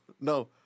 No